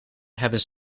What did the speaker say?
hebben